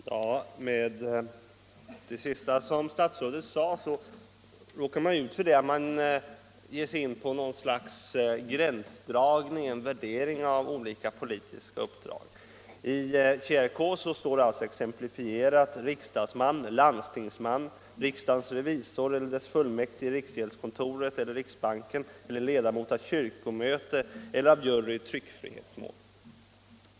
Herr talman! Med en sådan tillämpning som statsrådet senast var inne på tvingas man att göra något slags gränsdragning, en värdering av olika politiska uppdrag. I TjRK står det exemplifierat: riksdagsman, landstingsman, riksdagens revisor eller dess fullmäktige i riksgäldskontoret eller riksbanken eller ledamot av kyrkomöte eller av jury i tryckfrihetsmål.